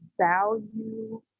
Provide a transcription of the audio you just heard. value